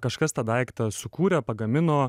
kažkas tą daiktą sukūrė pagamino